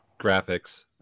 graphics